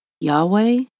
Yahweh